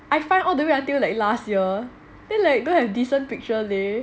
I find all the way until like last year then like don't have decent picture leh